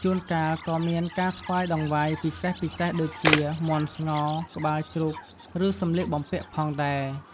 ជួនកាលក៏មានការថ្វាយតង្វាយពិសេសៗដូចជា មាន់ស្ងោរ ក្បាលជ្រូក ឬសម្លៀកបំពាក់ផងដែរ។